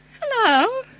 hello